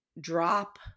drop